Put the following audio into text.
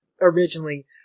originally